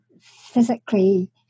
physically